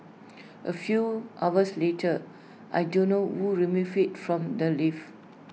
A few hours later I don't know who removed IT from the lift